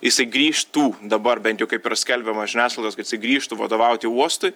jisai grįžtų dabar bent jau kaip yra skelbiama žiniasklaidos kad jisai grįžtų vadovauti uostui